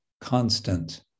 constant